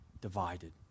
divided